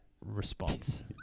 response